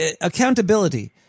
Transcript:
Accountability